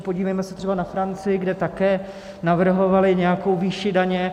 Podívejme se třeba na Francii, kde také navrhovali nějakou výši daně.